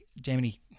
Germany